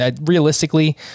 Realistically